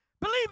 Believe